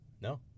No